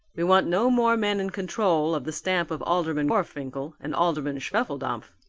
we want no more men in control of the stamp of alderman gorfinkel and alderman schwefeldampf,